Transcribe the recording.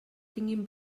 tinguin